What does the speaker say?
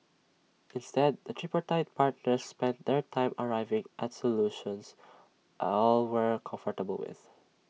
instead the tripartite partners spent their time arriving at solutions are all were comfortable with